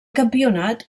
campionat